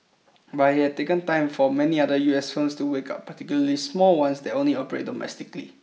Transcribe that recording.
but it had taken time for many other U S firms to wake up particularly small ones that only operate domestically